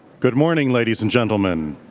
good morning, ladies and gentlemen.